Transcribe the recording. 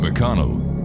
McConnell